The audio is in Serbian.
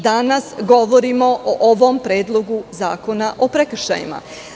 Danas govorimo o ovom predloga zakona o prekršajima.